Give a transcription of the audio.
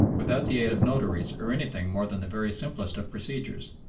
without the aid of notaries or anything more than the very simplest of procedures.